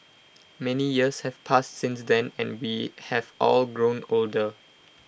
many years have passed since then and we have all grown older